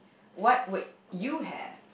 what would you have